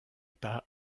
par